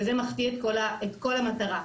וזה מחטיא את כל המטרה.